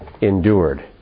endured